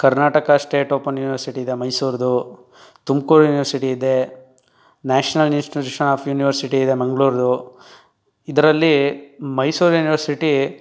Karnataka state open university ಇದೆ ಮೈಸೂರ್ದು Tumkur university ಇದೆ ನ್ಯಾಷನಲ್ ಇನ್ಸ್ಟಿಟ್ಯೂಷನ್ ಆಫ್ ಯೂನಿವರ್ಸಿಟಿ ಇದೆ ಮಂಗ್ಳೂರ್ದು ಇದರಲ್ಲಿ ಮೈಸೂರು ಯೂನಿವರ್ಸಿಟಿ